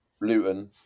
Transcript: Luton